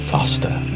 Faster